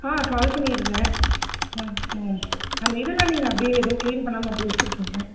ஆ call பண்ணியிருந்தேன் ஆ ம் அந்த இதெல்லாம் நீங்கள் அப்படியே எதுவும் க்ளீன் பண்ணாமல் அப்படியே வைச்சிருக்கீங்க